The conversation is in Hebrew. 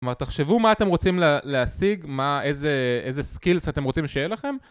מה, תחשבו מה אתם רוצים להשיג, מה איזה.. איזה סקילס אתם רוצים שיהיה לכם?!